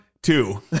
two